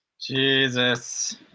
Jesus